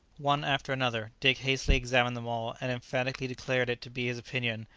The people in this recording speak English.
one after another, dick hastily examined them all, and emphatically declared it to be his opinion,